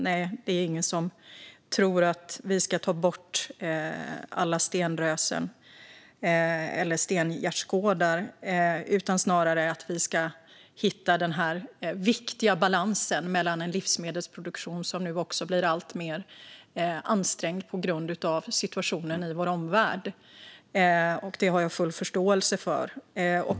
Nej, det är ingen som tror att vi ska ta bort alla stenrösen eller stengärdsgårdar. Vi ska snarare hitta den viktiga balansen för en livsmedelsproduktion som nu också blir alltmer ansträngd på grund av situationen i vår omvärld. Det har jag full förståelse för.